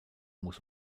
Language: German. muss